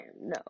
No